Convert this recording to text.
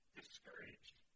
discouraged